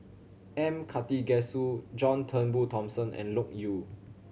M Karthigesu John Turnbull Thomson and Loke Yew